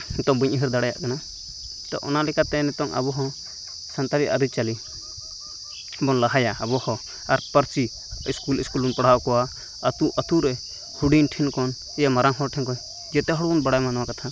ᱱᱤᱛᱚᱜ ᱵᱟᱹᱧ ᱩᱭᱦᱟᱹᱨ ᱫᱟᱲᱮᱭᱟᱜ ᱠᱟᱱᱟ ᱛᱚ ᱚᱱᱟ ᱞᱮᱠᱟᱛᱮ ᱱᱤᱛᱚᱝ ᱟᱱᱚ ᱦᱚᱸ ᱥᱟᱱᱛᱟᱲᱤ ᱟᱹᱨᱤ ᱪᱟᱹᱞᱤ ᱵᱚᱱ ᱞᱟᱦᱟᱭᱟ ᱟᱵᱚ ᱦᱚᱸ ᱟᱨ ᱯᱟᱹᱨᱥᱤ ᱤᱥᱠᱩᱞ ᱤᱥᱠᱩᱞ ᱵᱚᱱ ᱯᱟᱲᱦᱟᱣ ᱠᱚᱣᱟ ᱟᱛᱩ ᱟᱛᱩ ᱨᱮ ᱦᱩᱰᱤᱧ ᱴᱷᱮᱱ ᱠᱷᱚᱱ ᱮᱭᱮ ᱢᱟᱨᱟᱝ ᱦᱚᱲ ᱴᱷᱮᱱ ᱠᱷᱚᱱ ᱡᱮᱛᱮ ᱦᱚᱲ ᱵᱚᱱ ᱵᱟᱲᱟᱭᱢᱟ ᱱᱚᱣᱟ ᱠᱟᱛᱷᱟ